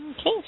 Okay